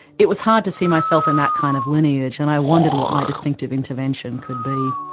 it was hard to see myself in that kind of lineage and i wondered what my distinctive intervention could be.